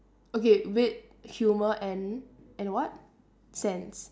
okay wit humour and and what sense